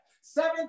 Seven